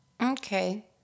Okay